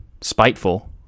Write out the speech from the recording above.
spiteful